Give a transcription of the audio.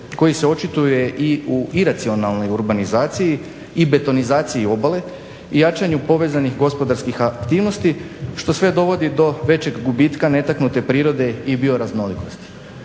koji se očituje i u iracionalnoj urbanizaciji i betonizaciji obale i jačanju povezanih gospodarskih aktivnosti što sve dovodi do većeg gubitka netaknute prirode i bioraznolikosti.